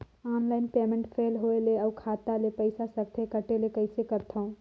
Online payment fail होय ले अउ खाता ले पईसा सकथे कटे ले कइसे करथव?